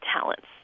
talents